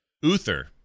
Uther